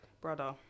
Brother